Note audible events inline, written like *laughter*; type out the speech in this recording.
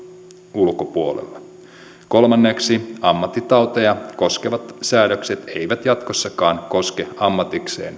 ulkopuolella kolmanneksi ammattitauteja koskevat säädökset eivät jatkossakaan koske ammatikseen *unintelligible*